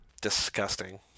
disgusting